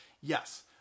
yes